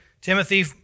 Timothy